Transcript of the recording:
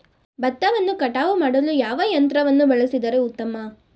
ಭತ್ತವನ್ನು ಕಟಾವು ಮಾಡಲು ಯಾವ ಯಂತ್ರವನ್ನು ಬಳಸಿದರೆ ಉತ್ತಮ?